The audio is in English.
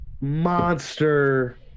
monster